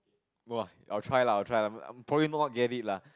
!wah! I will try lah I will try lah I'll probably not get it lah